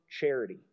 charity